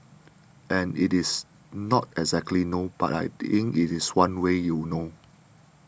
and it is not exactly no but I think it is one way you know